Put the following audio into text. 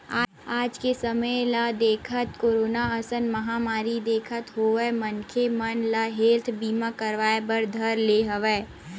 आज के समे ल देखत, कोरोना असन महामारी देखत होय मनखे मन ह हेल्थ बीमा करवाय बर धर ले हवय